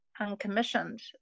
uncommissioned